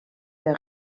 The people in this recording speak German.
der